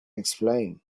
explain